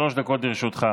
שלוש דקות לרשותך.